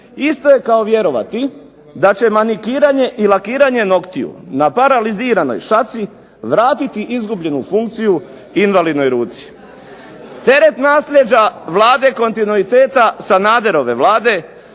isto je kao vjerovati da će manikiranje i lakiranje noktiju na paraliziranoj šaci vratiti izgubljenu funkciju invalidnoj ruci. Teret nasljeđa Vlade kontinuiteta Sanaderove Vlade